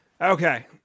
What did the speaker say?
Okay